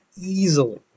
easily